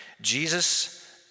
Jesus